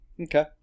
Okay